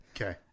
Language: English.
Okay